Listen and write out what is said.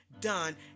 done